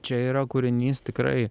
čia yra kūrinys tikrai